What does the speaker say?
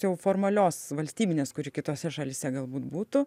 jau formalios valstybinės kuri kitose šalyse galbūt būtų